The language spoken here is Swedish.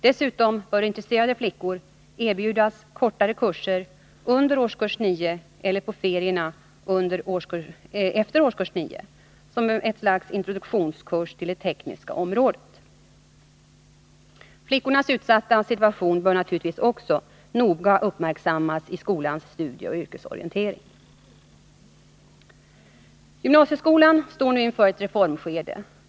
Dessutom bör intresserade flickor erbjudas kortare kurser under årskurs 9 eller på ferierna efter årskurs 9 som ett slags introduktionskurs till det tekniska området. Flickornas utsatta situation bör naturligtvis också noga uppmärksammas i skolans studieoch yrkesorientering. Gymnasieskolan står nu inför ett reformskede.